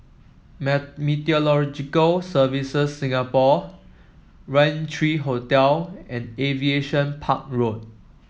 Meteorological Services Singapore Raintree Hotel and Aviation Park Road